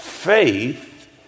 Faith